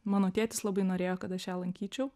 mano tėtis labai norėjo kad aš ją lankyčiau